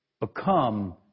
become